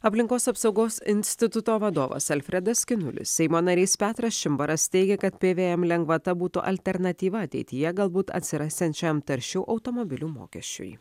aplinkos apsaugos instituto vadovas alfredas skinulis seimo narys petras čimbaras teigia kad pvm lengvata būtų alternatyva ateityje galbūt atsirasiančiam taršių automobilių mokesčiui